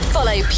Follow